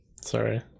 Sorry